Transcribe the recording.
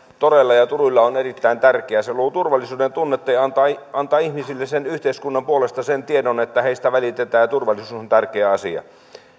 toreilla ja turuilla on erittäin tärkeää se luo turvallisuuden tunnetta ja antaa ihmisille yhteiskunnan puolesta sen tiedon että heistä välitetään ja turvallisuus on tärkeä asia